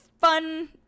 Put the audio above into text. fun